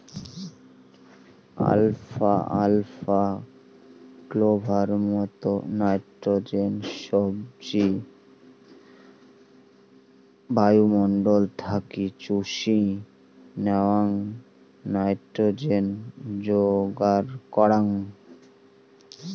alpha আলফা, clover মতন নাকান সবজি বায়ুমণ্ডল থাকি চুষি ন্যাওয়া নাইট্রোজেন যোগার করাঙ